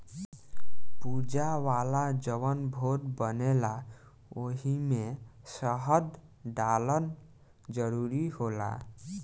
पूजा वाला जवन भोग बनेला ओइमे शहद डालल जरूरी होला